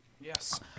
Yes